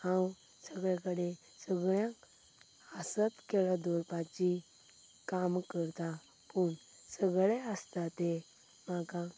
हांव सगळे कडेन सगळ्यांक हांसत खेळत दवरपाची काम करता पूण सगळे आसता तें म्हाका